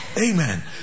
Amen